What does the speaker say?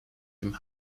dem